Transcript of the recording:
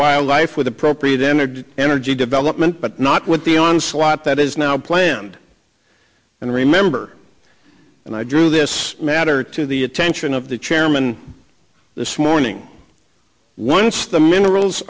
wildlife with appropriate entered energy development but not with the onslaught that is now planned and remember and i drew this matter to the attention of the chairman this morning once the minerals